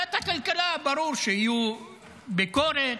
בוועדת הכלכלה ברור שיהיו ביקורת,